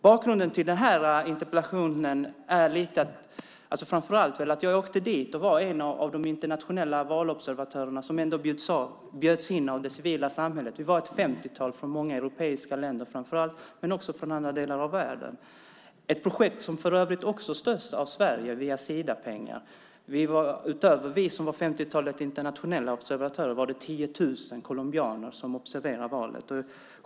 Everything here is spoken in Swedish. Bakgrunden till interpellationen är att jag åkte till Colombia som en av de internationella valobservatörer som bjöds in av det civila samhället. Vi var ett 50-tal observatörer från framför allt många europeiska länder men också från andra delar av världen. Det är ett projekt som för övrigt också stötts av Sverige genom Sidapengar. Förutom de internationella observatörerna bevakades valet även av 10 000 colombianer.